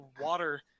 water